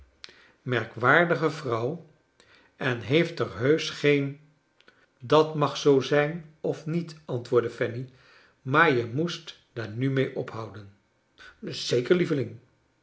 merkwaardige vrouw en zij heeft er heusch geen dat mag zoo zijn of niet antwoordde fanny maar je moest daar nu mee ophouden zeker lieveling